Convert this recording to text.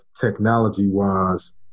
technology-wise